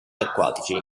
acquatici